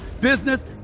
business